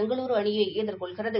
பெங்களூரு அணியை எதிர்கொள்கிறது